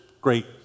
Great